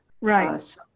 Right